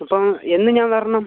ഇപ്പം എന്ന് ഞാൻ വരണം